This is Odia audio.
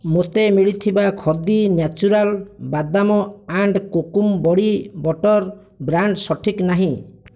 ମୋତେ ମିଳିଥିବା Khadi natural badam and kokum body butter brand ସଠିକ୍ ନାହିଁ